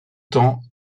temps